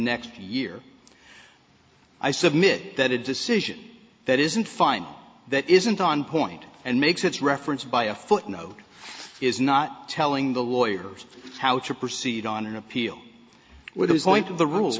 next year i submit that a decision that isn't fine that isn't on point and makes it referenced by a footnote is not telling the lawyers how to proceed on an appeal with his point of the rules are